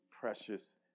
precious